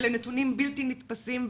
אלה נתונים בלתי נתפסים,